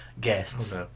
guests